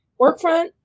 Workfront